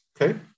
Okay